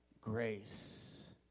grace